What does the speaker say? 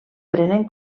prenen